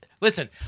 listen